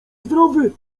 zdrowy